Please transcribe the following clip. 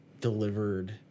delivered